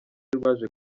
rwaje